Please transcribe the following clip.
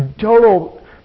total